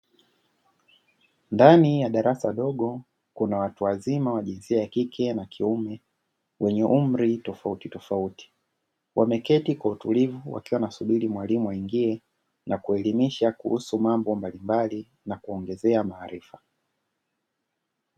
Ndani ya darasa dogo, kuna watu wazima wa jinsia ya kike na kiume, wenye umri tofautitofauti. Wameketi kwa utulivu, wakiwa wanasubiri mwalimu aingie, na kuelimisha kuhusu mambo mbalimbali na kuongezea maarifa.